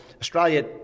Australia